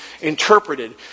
interpreted